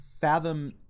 Fathom